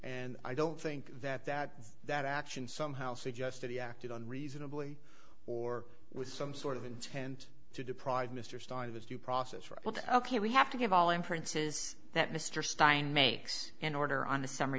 and i don't think that that that action somehow suggested he acted on reasonably or with some sort of intent to deprive mr stein of his due process rights ok we have to give all inferences that mr stein makes an order on a summ